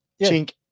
chink